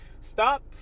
Stop